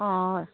অঁ